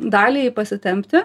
daliai pasitempti